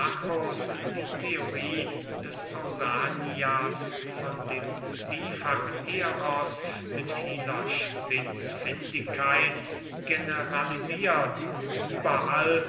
die theorie des pausanias von dem zwiefachen eros mit vieler spitzfündigkeit generalisiert und überall